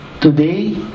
today